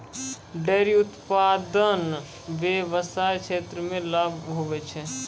dairy उप्तादन व्याबसाय क्षेत्र मे लाभ हुवै छै